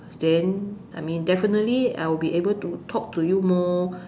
then I mean definitely I will be able to talk to you more